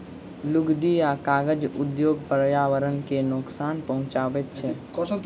लुगदी आ कागज उद्योग पर्यावरण के नोकसान पहुँचाबैत छै